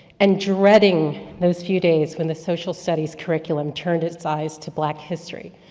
and dreading those few days when the social studies curriculum turned it's eyes to black history.